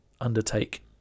undertake